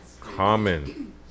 common